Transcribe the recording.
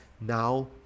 now